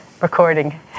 recording